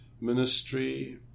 ministry